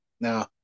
Now